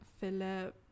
Philip